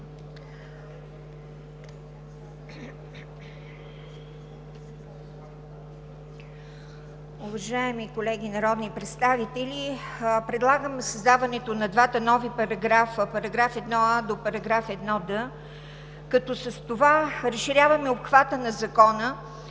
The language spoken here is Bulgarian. Уважаеми колеги народни представители! Предлагам създаването на два нови параграфа § 1а до § 1д, като с това разширяваме обхвата на Закона,